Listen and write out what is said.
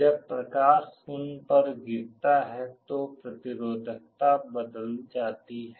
जब प्रकाश उन पर गिरता है तो प्रतिरोधकता बदल जाती है